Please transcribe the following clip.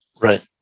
Right